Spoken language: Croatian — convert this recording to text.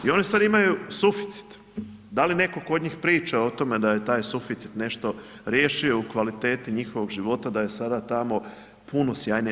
I oni sad imaju suficit, da li netko kod njih priča o tome da je taj suficit nešto riješio u kvaliteti njihovog života da je sada tamo puno sjajnije.